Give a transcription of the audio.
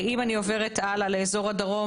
אם אני עוברת הלאה לאזור הדרום,